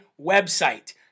website